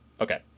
Okay